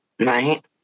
Right